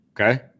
Okay